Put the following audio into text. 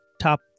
top